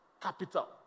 capital